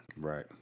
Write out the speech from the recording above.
Right